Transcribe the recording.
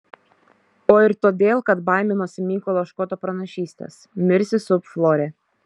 o ir todėl kad baiminosi mykolo škoto pranašystės mirsi sub flore